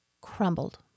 crumbled